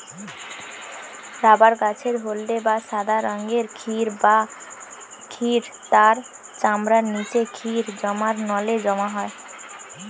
rubber গাছের হলদে বা সাদা রঙের ক্ষীর তার চামড়ার নিচে ক্ষীর জমার নলে জমা হয়